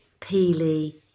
peely